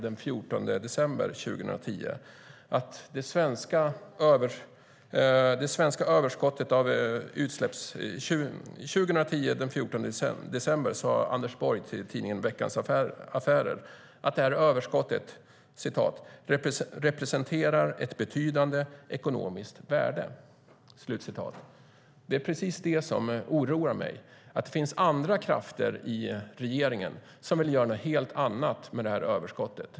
Den 14 december 2010 sade Anders Borg till tidningen Veckans Affärer att överskottet representerar ett betydande ekonomiskt värde. Det är precis det som oroar mig, att det finns andra krafter i regeringen som vill göra något helt annat med överskottet.